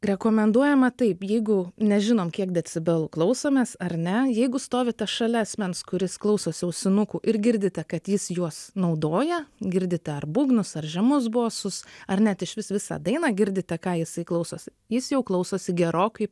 rekomenduojama taip jeigu nežinom kiek decibelų klausomės ar ne jeigu stovite šalia asmens kuris klausosi ausinukų ir girdite kad jis juos naudoja girdite ar būgnus ar žemus bosus ar net išvis visą dainą girdite ką jisai klausosi jis jau klausosi gerokai